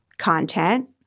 Content